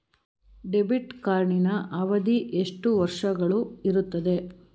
Debit ಕಾರ್ಡಿನ ಅವಧಿ ಎಷ್ಟು ವರ್ಷಗಳು ಇರುತ್ತದೆ?